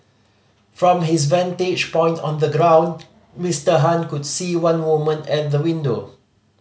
from his vantage point on the ground Mister Han could see one woman at the window